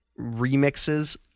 remixes